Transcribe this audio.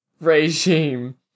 regime